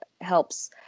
helps